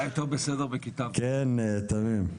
תמים?